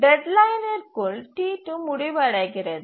டெட்லைனிற்குள் T2 முடிவடைகிறது